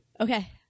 Okay